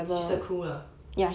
she's a crew lah